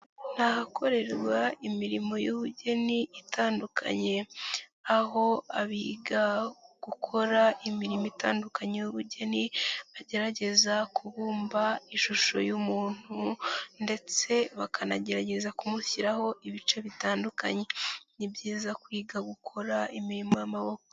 Ni ahakorerwa imirimo y'ubugeni itandukanye aho abiga gukora imirimo itandukanye y'ubugeni bagerageza kubumba ishusho y'umuntu ndetse bakanagerageza kumushyiraho ibice bitandukanye, ni byiza kwiga gukora imirimo y'amaboko.